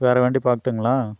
வேற வண்டி பாக்கட்டுங்களா